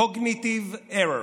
Cognitive Error.